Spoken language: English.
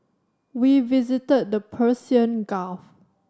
we visited the Persian Gulf